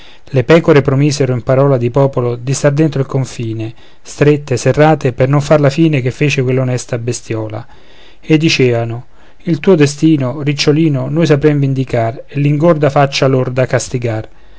le pecore promisero in parola di popolo di star dentro il confine strette serrate per non far la fine che fece quella onesta bestiola e diceano il tuo destino ricciolino noi sapremo vendicar e l'ingorda faccia lorda castigar